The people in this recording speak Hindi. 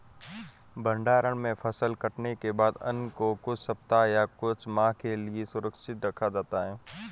भण्डारण में फसल कटने के बाद अन्न को कुछ सप्ताह या कुछ माह के लिये सुरक्षित रखा जाता है